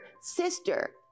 sister